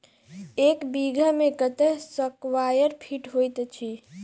एक बीघा मे कत्ते स्क्वायर फीट होइत अछि?